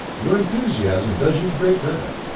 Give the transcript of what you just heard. your enthusiasm does you great credit.